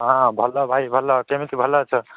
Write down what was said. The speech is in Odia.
ହଁ ଭଲ ଭାଇ ଭଲ କେମିତି ଭଲ ଅଛ